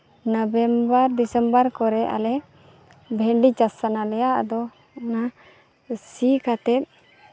November December ᱠᱚᱨᱮ ᱟᱞᱮ ᱵᱷᱮᱱᱰᱤ ᱪᱟᱥ ᱥᱟᱱᱟ ᱞᱮᱭᱟ ᱟᱫᱚ ᱚᱱᱟ ᱥᱤ ᱠᱟᱛᱮᱫ